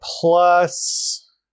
plus